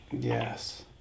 Yes